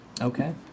Okay